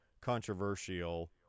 controversial